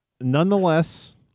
Nonetheless